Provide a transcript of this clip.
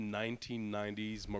1990s